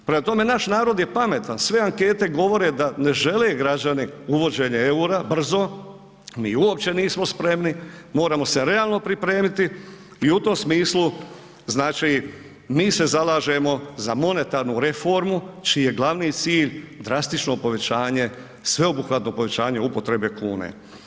Prema tome, naš narod je pametan, sve ankete govore da ne žele građani uvođenje EUR-a brzo, mi uopće nismo spremni, moramo se realno pripremiti i u tom smislu, znači mi se zalažemo za monetarnu reformu čiji je glavni cilj drastično povećanje, sveobuhvatno povećanje upotrebe kune.